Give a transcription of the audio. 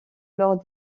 lors